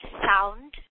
sound